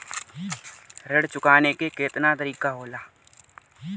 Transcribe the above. ऋण चुकाने के केतना तरीका होला?